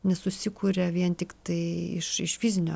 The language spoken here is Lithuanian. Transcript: nesusikuria vien tiktai iš iš fizinio